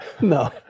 No